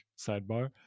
sidebar